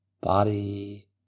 Body